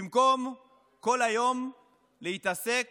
במקום כל היום להתעסק